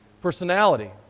personality